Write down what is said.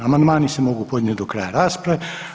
Amandmani se mogu podnijet do kraja rasprave.